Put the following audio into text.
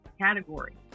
category